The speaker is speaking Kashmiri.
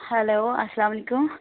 ہٮ۪لو اسلام علیکُم